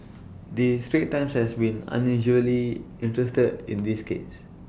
the straits times has been unusually interested in this case